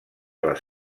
les